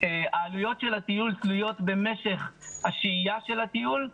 העלויות של הטיול ומשך השהייה של הטיול,